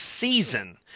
season